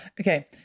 Okay